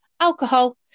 Alcohol